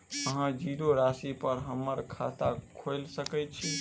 अहाँ जीरो राशि पर हम्मर खाता खोइल सकै छी?